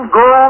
go